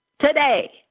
today